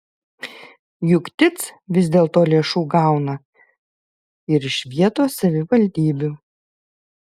juk tic vis dėlto lėšų gauna ir iš vietos savivaldybių